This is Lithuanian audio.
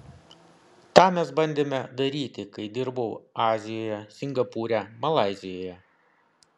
tą mes bandėme daryti kai dirbau azijoje singapūre malaizijoje